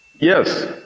Yes